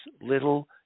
little